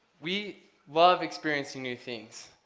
we love experiencing new things,